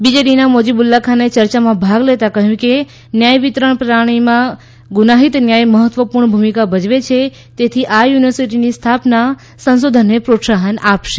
બીજેડીના મોઝીબુલ્લા ખાને ચર્યામાં ભાગ લેતાં કહ્યું કે ન્યાય વિતરણ પ્રણાલીમાં ગુનાહિત ન્યાય મહત્વપૂર્ણ ભૂમિકા ભજવે છે તેથી આ યુનિવર્સિટીની સ્થાપના સંશોધનને પ્રોત્સાહન આપશે